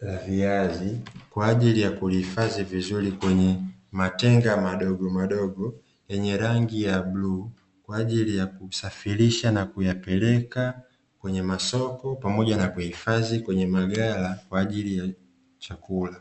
la viazi kwa ajili ya kulihifadhi vizuri kwenye matenga madogo madogo yenye rangi ya bluu. Kwa ajili ya kusafirisha na kuyapeleka kwenye masoko pamoja na kuihifadhi kwenye magala kwa ajili ya chakula.